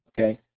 Okay